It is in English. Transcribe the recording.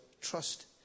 trust